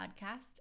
Podcast